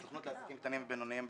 הסוכנות לעסקים קטנים ובינוניים,